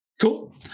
Cool